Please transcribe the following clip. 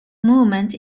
movement